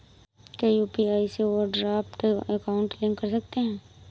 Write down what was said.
क्या यू.पी.आई से overdraft account link कर सकते हैं?